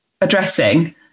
addressing